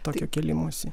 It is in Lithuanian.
tokio kėlimosi